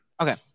Okay